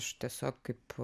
aš tiesiog kaip